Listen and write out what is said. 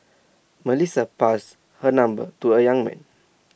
Melissa passed her number to A young man